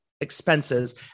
expenses